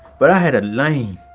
but i had a lame.